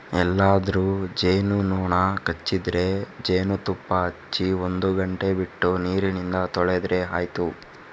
ಎಲ್ಲಾದ್ರೂ ಜೇನು ನೊಣ ಕಚ್ಚಿದ್ರೆ ಜೇನುತುಪ್ಪ ಹಚ್ಚಿ ಒಂದು ಗಂಟೆ ಬಿಟ್ಟು ನೀರಿಂದ ತೊಳೆದ್ರೆ ಆಯ್ತು